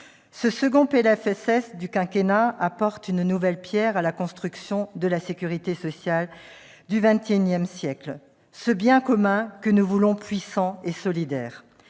sociale du quinquennat apporte une nouvelle pierre à la construction de la sécurité sociale du XXI siècle, ce bien commun que nous voulons puissant et solidaire.